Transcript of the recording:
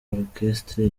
orchestre